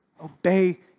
Obey